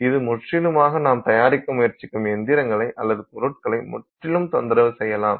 இது முற்றிலுமாக நாம் தயாரிக்க முயற்சிக்கும் எந்திரங்களை அல்லது பொருட்களை முற்றிலும் தொந்தரவு செய்யலாம்